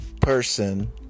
person